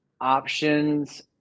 options